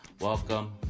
Welcome